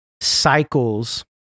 cycles